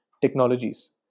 technologies